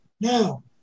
Now